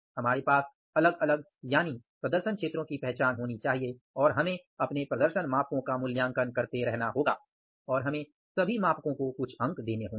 हमारे पास अलग अलग यानि प्रदर्शन क्षेत्रों की पहचान होनी चाहिए और हमें अपने प्रदर्शन मापको का मूल्यांकन करते रहना होगा और हमें सभी मापको को कुछ अंक देने होंगे